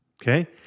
Okay